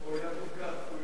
הוא איננו.